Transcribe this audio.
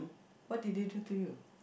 what did they do to you